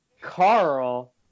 Carl